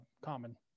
common